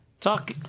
Talk